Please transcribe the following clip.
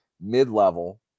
mid-level